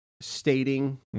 stating